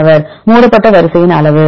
மாணவர் மூடப்பட்ட வரிசையின் அளவு